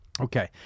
okay